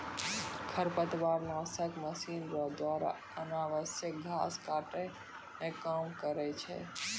खरपतवार नासक मशीन रो द्वारा अनावश्यक घास काटै मे काम करै छै